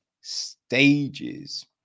stages